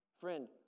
Friend